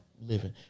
living